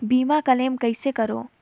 बीमा क्लेम कइसे करों?